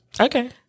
Okay